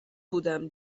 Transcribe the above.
بودم